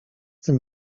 tym